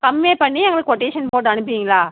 கம்மி பண்ணி எங்களுக்கு கொட்டேஷன் போட்டு அனுப்புவீங்களா